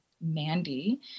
Mandy